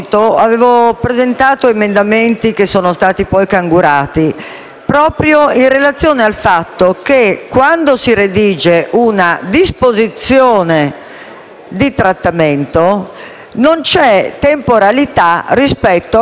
proprio in relazione al fatto che quando si redige una disposizione di trattamento, non c'è temporalità rispetto a quella che può essere una successiva patologia e situazione clinica.